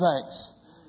thanks